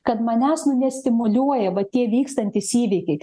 kad manęs nu nestimuliuoja vat tie vykstantys įvykiai